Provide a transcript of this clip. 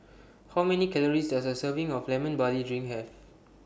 How Many Calories Does A Serving of Lemon Barley Drink Have